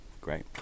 great